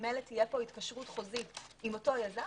ממילא תהיה פה התקשרות חוזית עם אותו יזם,